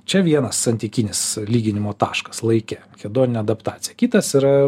čia vienas santykinis lyginimo taškas laike hedoninė adaptacija kitas yra